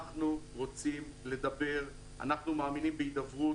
אנחנו רוצים לדבר, אנחנו מאמינים בהידברות.